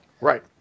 Right